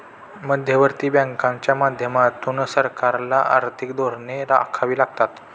मध्यवर्ती बँकांच्या माध्यमातून सरकारला आर्थिक धोरणे आखावी लागतात